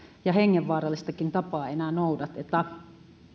ja hengenvaarallistakaan tapaa enää noudateta